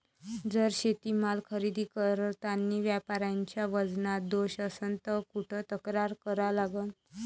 जर शेतीमाल खरेदी करतांनी व्यापाऱ्याच्या वजनात दोष असन त कुठ तक्रार करा लागन?